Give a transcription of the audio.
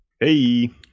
Hey